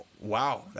Wow